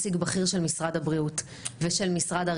את ישיבת ועדת הבריאות הבוקר בנושא דוח משרד הבריאות